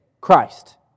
Christ